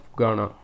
Ghana